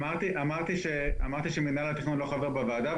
אמרתי שמנהל התכנון לא חבר בוועדה.